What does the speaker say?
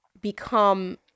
become